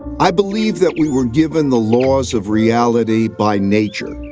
i believe that we were given the laws of reality by nature.